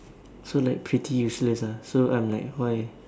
so like pretty useless ah so I'm like why